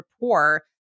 rapport